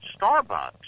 Starbucks